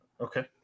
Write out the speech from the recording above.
Okay